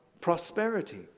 prosperity